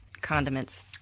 condiments